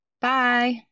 Bye